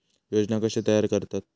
योजना कशे तयार करतात?